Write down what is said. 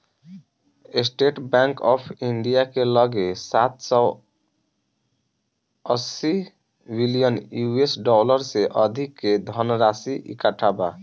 estate Bank of India के लगे सात सौ अस्सी बिलियन यू.एस डॉलर से अधिक के धनराशि इकट्ठा बा